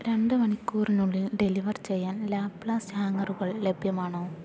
രണ്ട് മണിക്കൂറിനുള്ളിൽ ഡെലിവർ ചെയ്യാൻ ലാപ്ലാസ്റ്റ് ഹാംഗറുകൾ ലഭ്യമാണോ